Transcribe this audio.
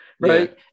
Right